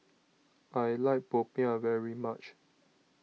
I like Popiah very much